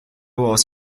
aus